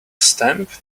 stamp